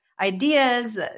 ideas